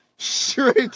Straight